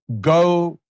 go